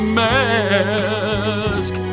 mask